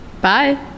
Bye